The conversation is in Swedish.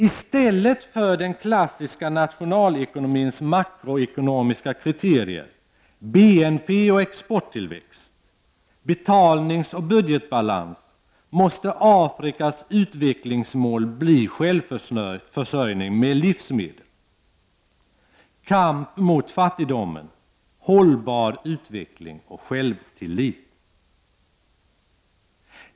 I stället för den klassiska nationalekonomins makroekonomiska kriterier — BNP och exporttillväxt, betalningsoch budgetbalans — måste Afrikas utvecklingsmål bli självförsörjning med livsmedel, kamp mot fattigdomen, hållbar utveckling och självtillit.